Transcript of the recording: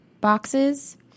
boxes